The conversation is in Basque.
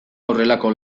horrelako